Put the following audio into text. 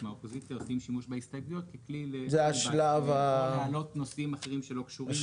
מהאופוזיציה עושים שימוש בהסתייגויות כדי להעלות נושאים אחרים שלא קשורים.